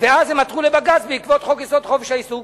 ואז הם עתרו לבג"ץ בעקבות חוק-יסוד: חופש העיסוק,